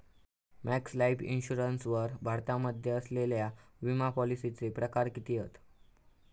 Max Life Insurance वर भारतामध्ये असलेल्या विमापॉलिसीचे प्रकार किती हत?